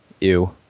ew